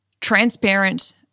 transparent